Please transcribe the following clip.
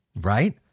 Right